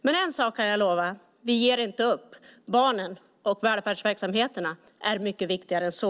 Men en sak kan jag lova: Vi ger inte upp. Barnen och välfärdsverksamheterna är mycket viktigare än så.